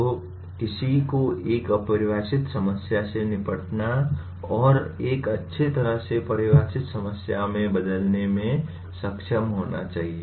तो किसी को एक अपरिभाषित समस्या से निपटने और एक अच्छी तरह से परिभाषित समस्या में बदलने में सक्षम होना चाहिए